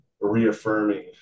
reaffirming